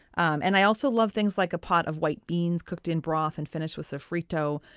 um and i also love things like a pot of white beans cooked in broth and finished with soffritto.